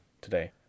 today